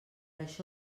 això